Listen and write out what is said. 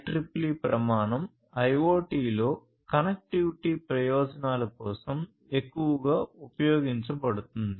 4 IEEE ప్రమాణం IoT లో connectivity ప్రయోజనాల కోసం ఎక్కువగా ఉపయోగించబడుతుంది